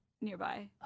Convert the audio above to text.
nearby